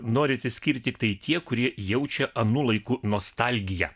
nori atsiskirti tiktai tie kurie jaučia anų laikų nostalgiją